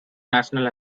national